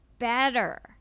better